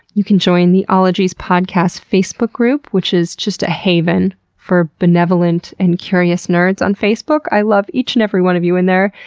you can join the ologies podcast facebook group, which is just a haven for benevolent and curious nerds on facebook. i love each and every one of you in there!